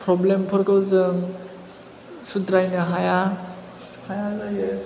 problem फोरखौ जों सुद्रायनो हाया हाया जायो